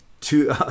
two